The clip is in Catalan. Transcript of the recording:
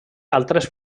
altres